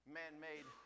man-made